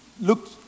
Look